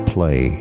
Play